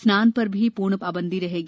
स्नान पर भी पूर्ण बन्दी रहेगी